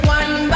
one